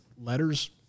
letters